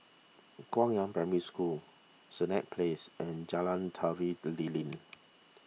Guangyang Primary School Senett Place and Jalan Tari Lilin